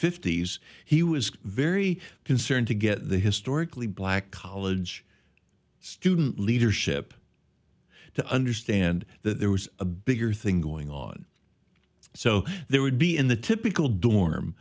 fifty's he was very concerned to get the historically black college student leadership to understand that there was a bigger thing going on so there would be in the typical dorm